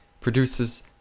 produces